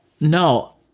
no